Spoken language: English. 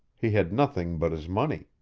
he had nothing but his money.